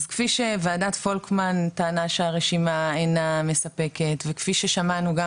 אז כפי ש'וועדת פולקמן' טענה שהרשימה אינה מספקת וכפי ששמענו גם